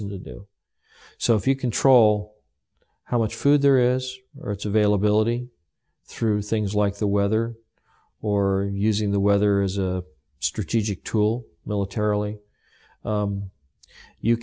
them to do so if you control how much food there is or its availability through things like the weather or using the weather is a strategic tool militarily